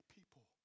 people